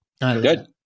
Good